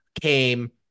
came